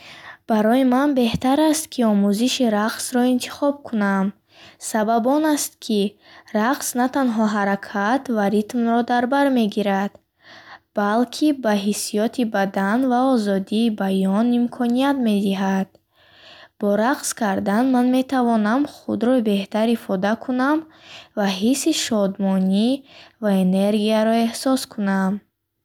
Барои ман беҳтар аст, ки омӯзиши рақсро интихоб кунам. Сабаб он аст, ки рақс на танҳо ҳаракат ва ритмро дарбар мегирад, балки ба ҳиссиёти бадан ва озодии баён имконият медиҳад. Бо рақс кардан ман метавонам худро беҳтар ифода кунам ва ҳисси шодмонӣ ва энергияро эҳсос кунам.